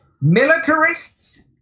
militarists